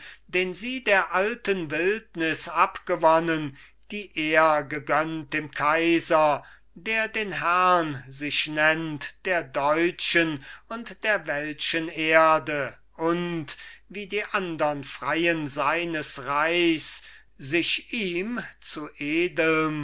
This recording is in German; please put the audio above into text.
den sie der alten wildnis abgewonnen die ehr gegönnt dem kaiser der den herrn sich nennt der deutschen und der welschen erde und wie die andern freien seines reichs sich ihm zu edelm